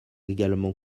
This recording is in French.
également